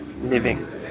living